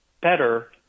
better